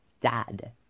Dad